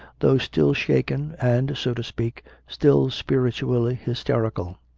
though still shaken and, so to speak, still spiritually hysterical.